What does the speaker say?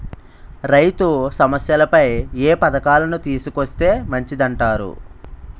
రైతు సమస్యలపై ఏ పథకాలను తీసుకొస్తే మంచిదంటారు?